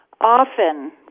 often